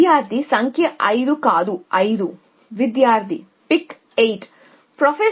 విద్యార్థి సంఖ్య 5 కాదు 5 విద్యార్థి 8 ని ఎంచుకున్నాను